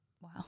Wow